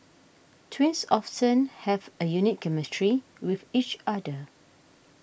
twins often have a unique chemistry with each other